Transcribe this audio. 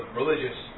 religious